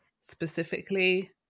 specifically